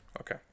Okay